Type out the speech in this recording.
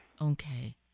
Okay